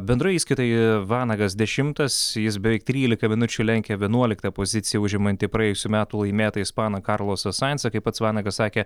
bendroje įskaitoj vanagas dešimtas jis beveik trylika minučių lenkia vienuoliktą poziciją užimantį praėjusių metų laimėtą ispaną karlosą saintsą kaip pats vanagas sakė